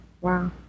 Wow